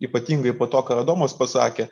ypatingai po to ką adomas pasakė